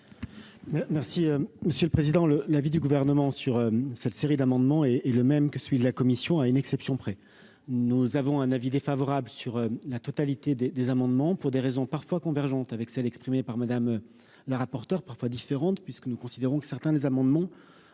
Merci monsieur le président le l'avis du gouvernement sur cette série d'amendements et est le même que celui de la commission, à une exception près. Nous avons un avis défavorable sur la totalité des des amendements pour des raisons parfois convergentes avec celles exprimées par Madame la rapporteure parfois différente puisque nous considérons que certains des amendements